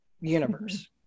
universe